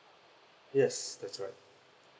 yes that's right